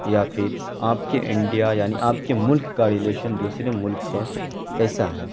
یا پھر آپ کے انڈیا یعنی آپ کے ملک کا رلیشن دوسرے ملک سے کیسا ہے